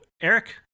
Eric